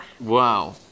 Wow